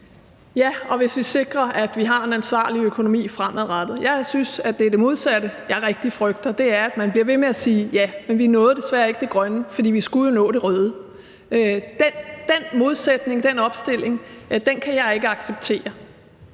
Ja, og hvis vi sikrer, at vi har en ansvarlig økonomi fremadrettet. Det er det modsatte, jeg rigtig frygter. Det er, at man bliver ved med at sige: Vi nåede desværre ikke det grønne, for vi skulle jo nå det røde. Den modsætning, den opstilling, kan jeg ikke acceptere,